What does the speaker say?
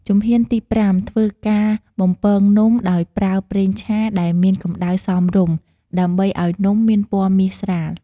ជំហានទី ៥ ធ្វើការបំពងនំដោយប្រើប្រេងឆាដែលមានកំដៅសមរម្យ ដើម្បីឲ្យនំមានពណ៌មាសស្រាល។